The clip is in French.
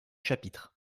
chapitres